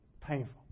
Painful